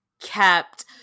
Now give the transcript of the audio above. kept